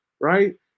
right